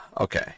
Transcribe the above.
Okay